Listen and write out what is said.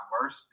worse